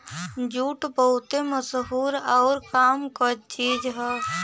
jute बहुते मसहूर आउर काम क चीज हौ